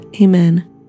Amen